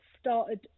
started